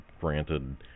granted